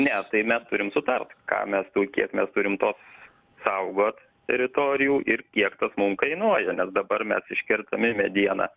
ne tai mes turim sutart ką mes kiek mes turim to saugot teritorijų ir kiek tas mum kainuoja nes dabar mes iškertami medieną